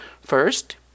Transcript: First